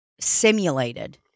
Simulated